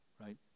right